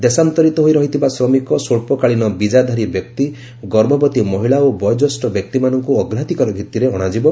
ଦେଶାନ୍ତରିତ ହୋଇ ରହିଥିବା ଶ୍ରମିକ ସ୍ୱଚ୍ଚକାଳିନ ବିଜାଧାରୀ ବ୍ୟକ୍ତି ଗର୍ଭବତୀ ମହିଳା ଓ ବୟୋଜ୍ୟେଷ୍ଠ ବ୍ୟକ୍ତିମାନଙ୍କୁ ଅଗ୍ରାଧିକାର ଭିଭିରେ ଅଣାଯିବ